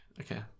Okay